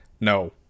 no